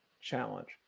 challenge